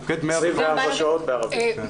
24 שעות, גם בערבית.